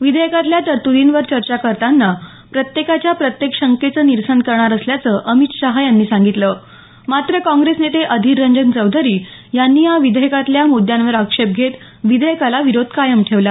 विधेयकातल्या तरतुदींवर चर्चा करताना प्रत्येकाच्या प्रत्येक शंकेचं निरसन करणार असल्याचं अमित शहा यांनी सांगितलं मात्र काँग्रेस नेते अधीररंजन चौधरी यांनी या विधेयकातल्या मुद्यांवर आक्षेप घेत विधेयकाला विरोध कायम ठेवला